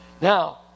Now